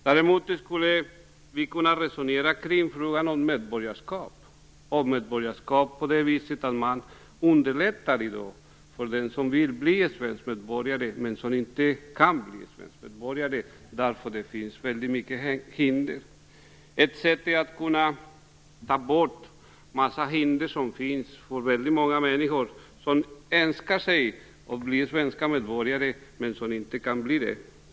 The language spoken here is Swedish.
Däremot skulle vi kunna resonera kring frågan om medborgarskap i den meningen att man underlättar för den som vill bli svensk medborgare men som inte kan därför att det finns så många hinder. Ett sätt är att ta bort de hinder som finns för många människor som önskar sig att bli svenska medborgare men som inte kan.